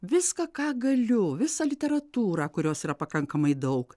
viską ką galiu visą literatūrą kurios yra pakankamai daug